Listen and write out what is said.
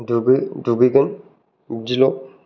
दुगै दुगैगोन बिदि ल'